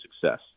success